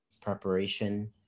preparation